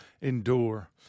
endure